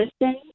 listen